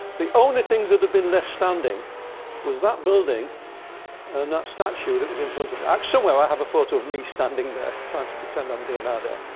the only things that had been left standing was that building and that statue that was in front of it. ah somewhere, i have a photo of me standing there, trying to pretend i'm leonardo.